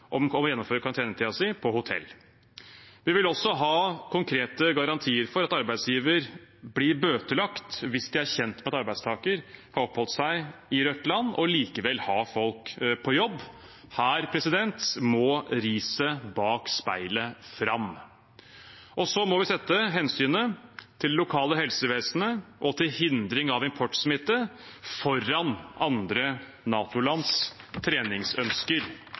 om å gjennomføre karantenetiden på hotell. Vi vil også ha konkrete garantier for at arbeidsgivere blir bøtelagt hvis de er kjent med at arbeidstakerne har oppholdt seg i et rødt land, og likevel har folk på jobb. Her må riset bak speilet fram. Så må vi sette hensynet til det lokale helsevesenet og til hindring av importsmitte foran andre NATO-lands treningsønsker.